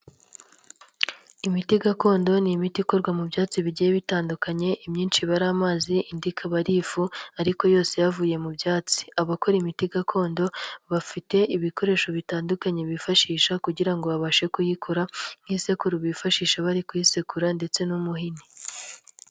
Imiti gakondo ni imiti ikorwa mu byatsi bigiye bitandukanye imyinshi iba ari amazi, indi ikaba ari ifu ariko yose yavuye mu byatsi. Abakora imiti gakondo bafite ibikoresho bitandukanye bifashisha kugira ngo babashe kuyikora nk'isekuru bifashisha bari kuyisekura ndetse n'umuhini.